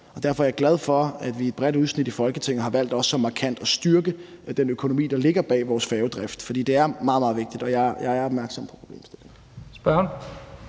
Derfor er jeg glad for, at vi, et bredt udsnit af Folketinget, også har valgt så markant at styrke den økonomi, der ligger bag vores færgedrift. For det er meget, meget vigtigt, og jeg er opmærksom på problemstillingen.